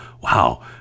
Wow